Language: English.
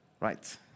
Right